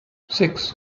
six